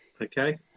Okay